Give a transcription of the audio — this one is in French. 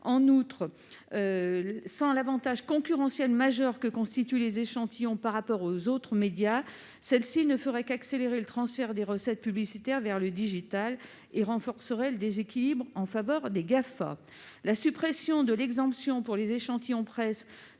En outre, sans l'avantage concurrentiel majeur que constituent les échantillons par rapport aux autres médias, celle-ci ne ferait qu'accélérer le transfert des recettes publicitaires vers le digital, et renforcerait le déséquilibre en faveur des GAFA (Google, Apple, Facebook et Amazon). La suppression de l'exemption pour les échantillons presse